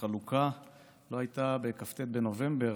החלוקה לא הייתה בכ"ט בנובמבר.